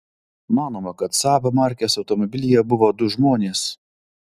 manoma kad saab markės automobilyje buvo du žmonės